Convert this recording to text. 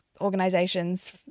organizations